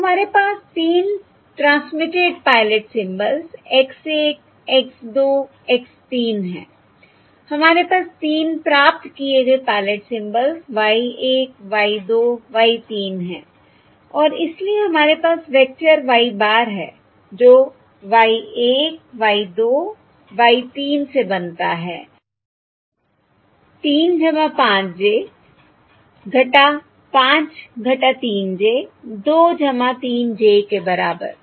तो हमारे पास तीन transmitted pilot symbols x 1 x 2 x 3 हैं हमारे पास तीन प्राप्त किए गए pilot symbols y 1 y 2 y 3 हैं और इसलिए हमारे पास वेक्टर y bar है जो y 1 y 2 y 3 से बनता है और y bar दिया जाता है 3 5j 5 3j 23j के बराबर